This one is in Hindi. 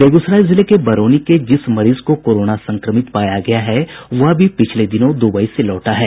बेगूसराय जिले के बरौनी के जिस मरीज को कोरोना संक्रमित पाया गया है वह भी पिछले दिनों दुबई से लौटा है